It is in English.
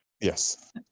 Yes